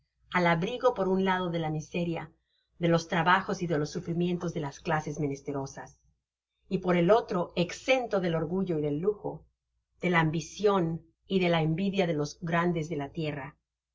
al abrigo por un lado de la miseria de los trabajos y de los sufrimientos de las clases menesterosas y por el otro exento del orgullo y del lujo de la ambicion y de la envidia de los grandes de la tierra